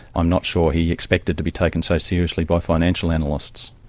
i'm not sure he expected to be taken so seriously by financial analysts.